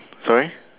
sorry